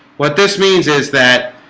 what this means is that